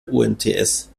umts